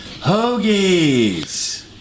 hoagies